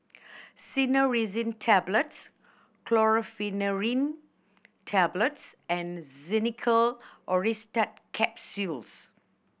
Cinnarizine Tablets Tablets and Xenical Orlistat Capsules